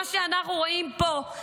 מה שאנחנו רואים פה,